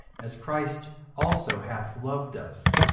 as christ also hath loved us,